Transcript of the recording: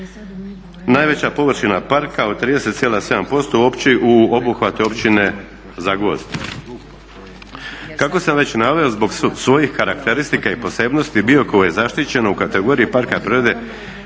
Najveća površina parka od 30,7% u obuhvatu je općine Zagvozd. Kako sam već naveo zbog svojih karakteristika i posebnosti Biokovo je zaštićeno u kategoriji parka prirode